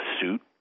suit